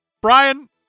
Brian